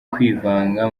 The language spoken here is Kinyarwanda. kwivanga